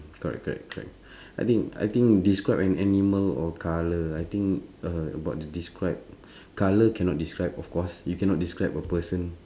correct correct correct I think I think describe an animal or colour I think uh about the describe colour cannot describe of course you cannot describe a person